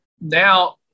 now